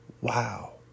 Wow